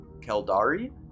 Keldari